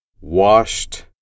washed